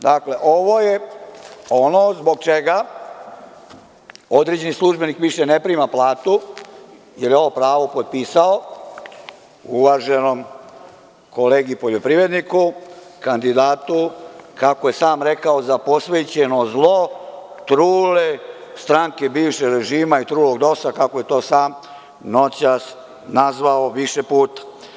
Dakle, ovo je ono zbog čega određeni službenik više ne prima platu, jer je ovo pravo potpisao uvaženom kolegi poljoprivredniku, kandidatu, kako je sam rekao, za posvećeno zlo trule stranke bivšeg režima i trulog DOS-a, kako je to sam noćas nazvao više puta.